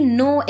no